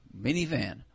minivan